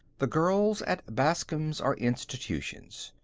the girls at bascom's are institutions.